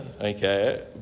okay